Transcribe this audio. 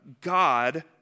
God